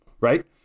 right